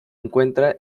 encuentra